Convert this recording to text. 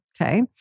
Okay